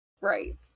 Right